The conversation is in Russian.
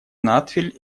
надфиль